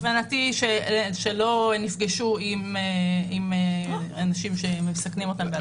כוונתי שלא נפגשו עם אנשים שמסכנים אותם.